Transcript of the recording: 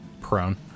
prone